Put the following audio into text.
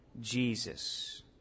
Jesus